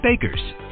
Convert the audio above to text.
Bakers